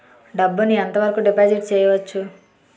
డబ్బు ను ఎంత వరకు డిపాజిట్ చేయవచ్చు?